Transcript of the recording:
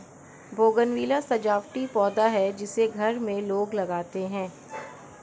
bougainvillea सजावटी पौधा है जिसे घर में लोग लगाते हैं